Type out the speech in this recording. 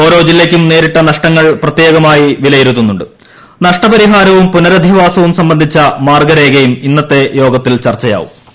ഓരോ ജില്ലയ്ക്കും നേരിട്ട നഷ്ടങ്ങൾ പ്രത്യേകമായി വിലയിരുത്തുന്നുണ്ട് നഷ്ടപരിഹാരവും പുനരധിവാസവും സംബന്ധിച്ച ്രമ്മീർഗ്ഗരേഖയും ഇന്ന ത്തെ യോഗത്തിൽ ചർച്ചയാകൂർ